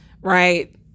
Right